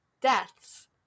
deaths